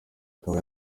akaba